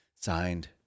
Signed